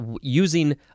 using